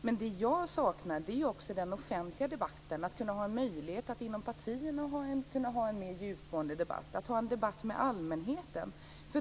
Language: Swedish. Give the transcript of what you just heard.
Men det jag saknar är den offentliga debatten, att ha en möjlighet att inom partierna ha en mera djupgående debatt, att ha en debatt med allmänheten.